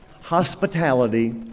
Hospitality